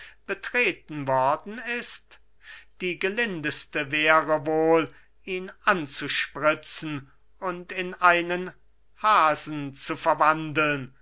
betreten worden ist die gelindeste wäre wohl ihn anzuspritzen und in einen hasen zu verwandeln